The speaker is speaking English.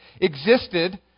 existed